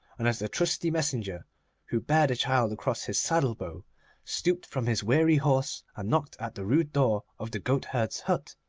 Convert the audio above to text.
and as the trusty messenger who bare the child across his saddle-bow stooped from his weary horse and knocked at the rude door of the goatherd's hut,